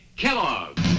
Kellogg